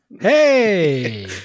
Hey